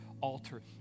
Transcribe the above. altar